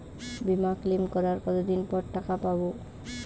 বিমা ক্লেম করার কতদিন পর টাকা পাব?